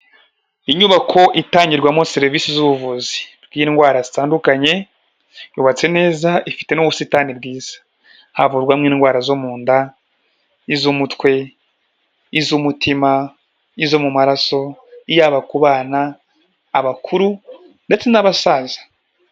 Inyubako itangirwamo serivisi z'ubuvuzi bw'indwara zitandukanye yubatse neza ifite n'ubusitani bwiza. Havurwamo indwara zo mu nda iz'umutwe, iz'umutima, izo mu maraso yaba ku bana, abakuru ndetse n'abasaza.